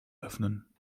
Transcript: öffnen